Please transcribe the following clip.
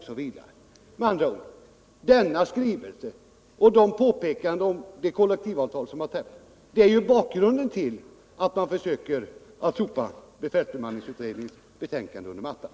Med andra ord, denna skrivelse och dess påpekanden om de kollektivavtal som träffats är ju bakgrunden till att man försöker sopa befälsbemanningsutredningens betänkande under mattan.